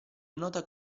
nota